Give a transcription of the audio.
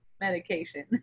medication